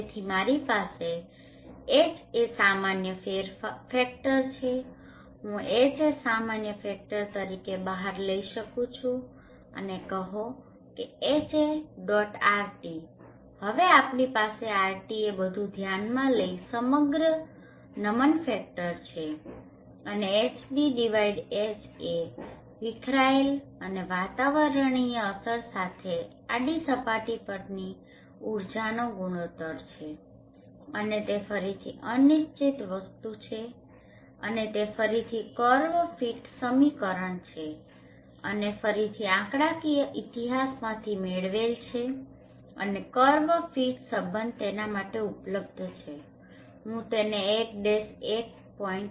તેથી મારી પાસે Ha સામાન્ય ફેક્ટર છે હું Ha સામાન્ય ફેક્ટર તરીકે બહાર લઇ શકુ છુ અને કહો કે HaRT હવે આપણી પાસે RT એ બધું ધ્યાનમાં લઈને સમગ્ર નમન ફેક્ટર છે અને HdHa વીખરાયેલ અને વાતાવરણીય અસર સાથે આડી સપાટી પરની ઊર્જાનો ગુણોત્તર છે અને તે ફરીથી અનિશ્ચિત વસ્તુ છે અને તે ફરીથી કર્વ ફીટ સમીકરણ છે અને ફરીથી આંકડાકીય ઇતિહાસમાંથી મેળવેલ છે અને કર્વ ફીટ સંબંધ તેના માટે ઉપલબ્ધ છે અને હું તેને 1 1